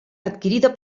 adquirida